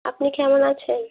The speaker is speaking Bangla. আপনি কেমন আছেন